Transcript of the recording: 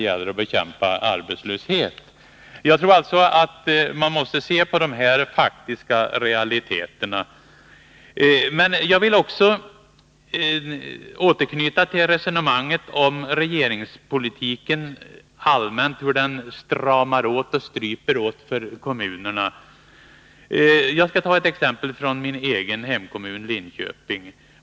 Man måste alltså se på de här faktiska realiteterna. Men jag vill också återknyta till resonemanget om regeringspolitiken allmänt, hur den stramar åt och stryper åt för kommunerna. Jag skall ta ett exempel från min egen hemkommun, Linköping.